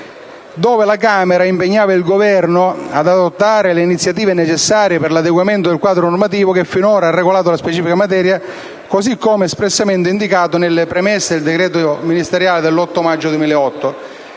con cui si impegnava il Governo «ad adottare le iniziative necessarie per l'adeguamento del quadro normativo che finora ha regolato la specifica materia, così come espressamente indicato nelle premesse del decreto ministeriale dell'8 maggio 2008,